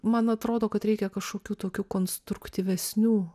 man atrodo kad reikia kažkokių tokių konstruktyvesnių